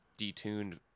detuned